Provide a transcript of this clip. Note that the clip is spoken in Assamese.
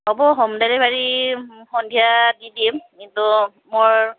হ'ব হোম ডেলিভাৰি সন্ধিয়া দি দিম কিন্তু মোৰ